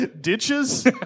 ditches